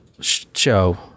show